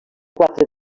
quatre